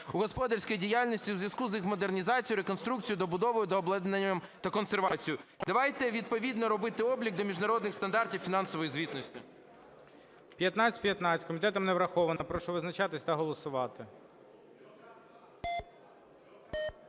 у господарській діяльності у зв'язку з їх модернізацією, реконструкцією, добудовою, дообладнанням та консервацією". Давайте відповідно робити облік для міжнародних стандартів фінансової звітності. ГОЛОВУЮЧИЙ. 1515 комітетом не врахована. Прошу визначатись та голосувати.